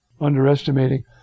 Underestimating